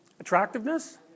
Attractiveness